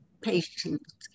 patients